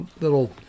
little